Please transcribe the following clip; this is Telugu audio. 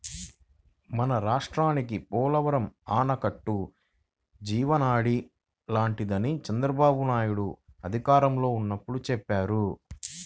మన రాష్ట్రానికి పోలవరం ఆనకట్ట జీవనాడి లాంటిదని చంద్రబాబునాయుడు అధికారంలో ఉన్నప్పుడు చెప్పేవారు